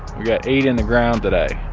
we got eight in the ground today.